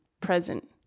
present